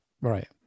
Right